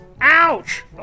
Ouch